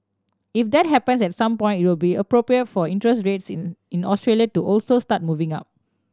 if that happens at some point it will be appropriate for interest rates in in Australia to also start moving up